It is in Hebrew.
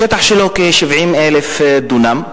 השטח שלו כ-70,000 דונם.